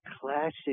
classic